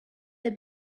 the